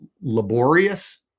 laborious